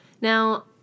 Now